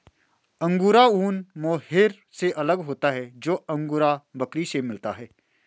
angora ऊन mohair से अलग होता है जो अंगोरा बकरी से मिलता है